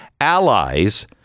allies